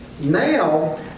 Now